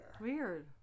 Weird